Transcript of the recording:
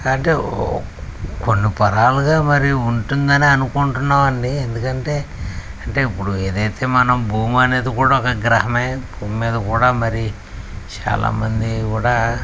అంటే కొన్ని తరాలుగా మరి ఉంటుందనే అనుకుంటున్నామండి ఎందుకంటే అంటే ఇప్పుడు ఏదైతే మనం భూమి అనేది కూడా ఒక గ్రహమే భూమ్మీద కూడా మరి చాలామంది కూడా